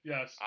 Yes